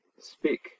Speak